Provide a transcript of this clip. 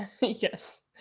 Yes